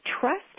trust